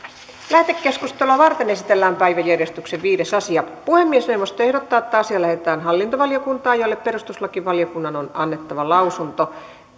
lähetekeskustelua varten esitellään päiväjärjestyksen viides asia puhemiesneuvosto ehdottaa että asia lähetetään hallintovaliokuntaan jolle perustuslakivaliokunnan on annettava lausunto